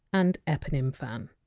and eponym fan.